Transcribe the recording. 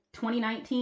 2019